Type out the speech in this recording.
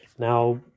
Now